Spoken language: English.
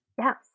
Yes